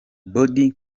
bobby